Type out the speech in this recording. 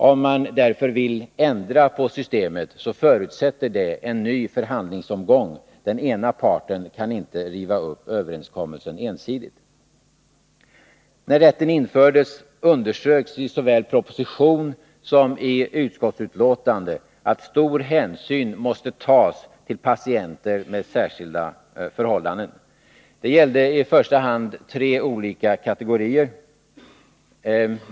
Om man vill ändra på systemet förutsätter det en ny förhandlingsomgång. Den ena parten kan inte riva upp överenskommelsen ensidigt. När rätten infördes underströks i såväl propositionen som utskottsbetänkandet att stor hänsyn måste tas till patienter med särskilda förhållanden. Det gällde i första hand tre olika kategorier.